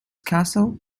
castle